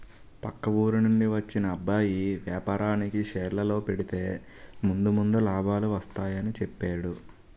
పక్క ఊరి నుండి వచ్చిన అబ్బాయి వేపారానికి షేర్లలో పెడితే ముందు ముందు లాభాలు వస్తాయని చెప్పేడు